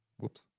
Whoops